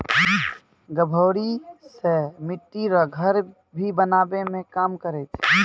गभोरी से मिट्टी रो घर भी बनाबै मे काम करै छै